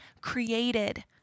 created